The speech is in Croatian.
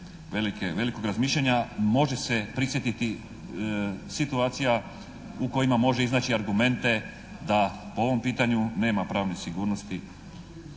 velike, velikog razmišljanja, može se prisjetiti situacija u kojima može iznaći argumente da po ovom pitanju nema pravne sigurnosti